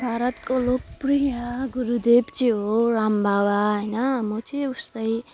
भारतको लोकप्रिय गुरुदेव चाहिँ हो राम बाबा होइन म चाहिँ उसलाई